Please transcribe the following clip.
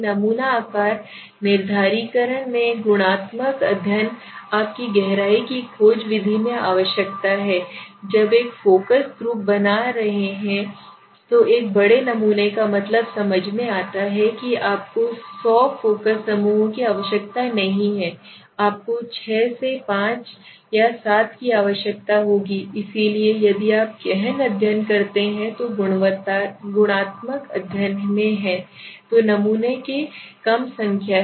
नमूना आकार निर्धारण में गुणात्मक अध्ययन आप की गहराई की खोज विधि में आवश्यकता होती है जब एक फ़ोकस ग्रुप बना रहे होते हैं तो एक बड़े नमूने का मतलब समझ में आता है कि आपको सौ फोकस समूहों की आवश्यकता नहीं है आपको 6 से 5 या 7 की आवश्यकता होगी इसलिए यदि आप गहन अध्ययन करते हैं जो गुणात्मक अध्ययन में है तो नमूने के कम संख्या है